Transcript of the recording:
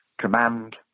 command